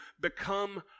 become